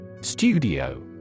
Studio